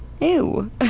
Ew